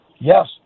Yes